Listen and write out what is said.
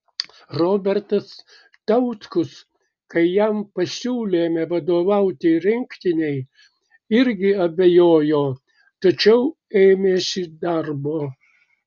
robertas tautkus kai jam pasiūlėme vadovauti rinktinei irgi abejojo tačiau ėmėsi darbo